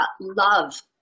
love